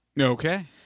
Okay